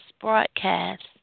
broadcast